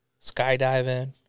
skydiving